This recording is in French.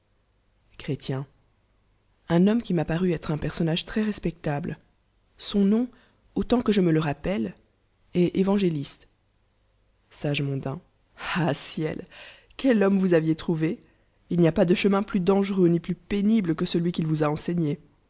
un homme qui m'a paru àft un peirsonnage très respectable son nom autant que je me le rappeue est évangé'isle sage mondain ab ciel quel sagehomme vons aviez trouvé il n'y a monpas de chemin plus dadgerellx ni plus pénible que celui qu'il vous damne le con a ens